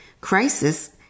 crisis